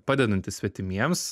padedantys svetimiems